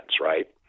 right